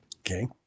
okay